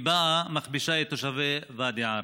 היא באה ומכפישה את תושבי ואדי עארה.